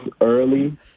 early